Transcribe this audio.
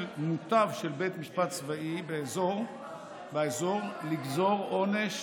מותב של בית משפט צבאי באזור לגזור עונש